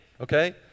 okay